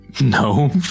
No